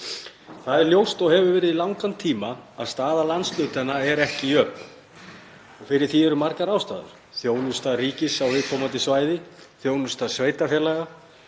Það er ljóst og hefur verið í langan tíma að staða landshlutanna er ekki jöfn. Fyrir því eru margar ástæður; þjónusta ríkis á viðkomandi svæði, þjónusta sveitarfélaga